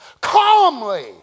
calmly